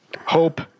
Hope